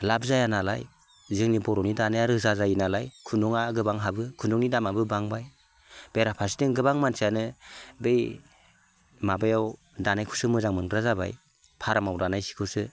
लाब जाया नालाय जोंनि बर'नि दानाया रोजा जायो नालाय खुन्दुंआ गोबां हाबो खुन्दुंनि दामाबो बांबाय बेरा फारसेथिं गोबां मानसियानो बै माबायाव दानायखौसो मोजां मोनग्रा जाबाय फार्माव दानाय सिखौसो